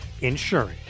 insurance